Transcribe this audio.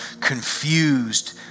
confused